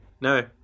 No